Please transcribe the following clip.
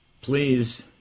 please